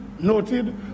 Noted